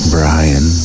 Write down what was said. Brian